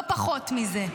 לא פחות מזה.